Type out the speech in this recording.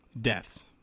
deaths